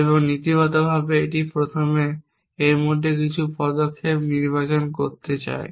সুতরাং নীতিগতভাবে এটি প্রথমে এর মধ্যে কিছু পদক্ষেপ নির্বাচন করতে দেয়